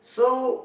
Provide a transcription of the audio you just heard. so